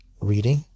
reading